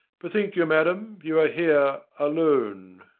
bethink you, madam, you are here alone.